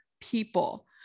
people